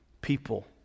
people